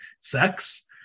sex